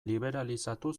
liberalizatu